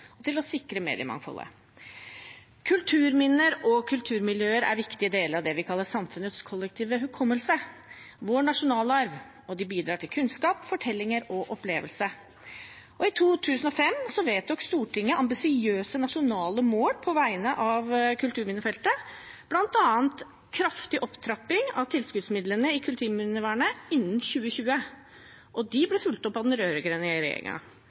og til å sikre mediemangfoldet. Kulturminner og kulturmiljøer er viktige deler av det vi kaller samfunnets kollektive hukommelse, vår nasjonalarv, og de bidrar til kunnskap, fortellinger og opplevelse. I 2005 vedtok Stortinget ambisiøse nasjonale mål på vegne av kulturminnefeltet, bl.a. en kraftig opptrapping av tilskuddsmidlene i kulturminnevernet innen 2020. De målene ble fulgt opp av den